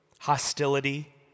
Hostility